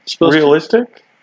realistic